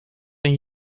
een